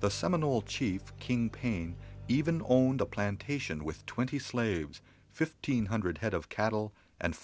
the seminole chief king payne even owned a plantation with twenty slaves fifteen hundred head of cattle and